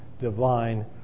divine